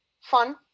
Fun